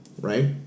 right